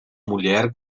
mulher